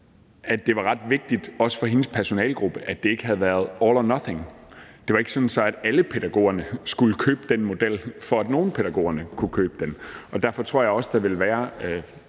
jo i virkeligheden også om sin personalegruppe var ret vigtigt, at det ikke er all or nothing. Det var ikke sådan, at alle pædagogerne skulle købe den model, for at nogle af pædagogerne kunne købe den. Derfor tror jeg også, der vil være